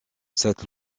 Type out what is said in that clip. cette